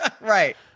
Right